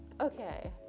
Okay